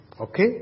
Okay